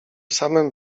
samym